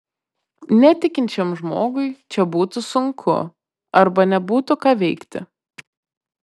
netikinčiam žmogui čia būtų sunku arba nebūtų ką veikti